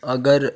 अगर